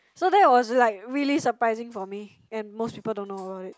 so that it was like really surprising for me and most people don't know about it